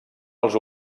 els